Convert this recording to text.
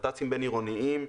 נת"צים בינעירוניים,